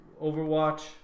Overwatch